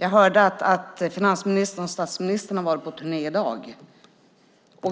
Jag hörde att finansministern och statsministern har varit på turné i dag.